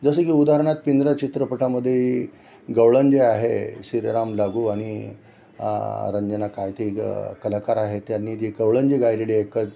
जसं की उदाहरणार्थ पिंजरा चित्रपटामध्ये गवळण जी आहे श्रीराम लागू आणि रंजना कायती ग कलाकार आहे यांनी ती गवळण जी गायलेली आहे एक